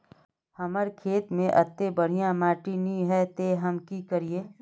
हमर खेत में अत्ते बढ़िया माटी ने है ते हम की करिए?